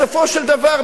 בסופו של דבר,